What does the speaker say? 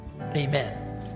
Amen